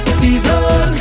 season